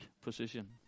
position